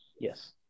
Yes